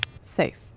Safe